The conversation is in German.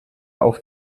auf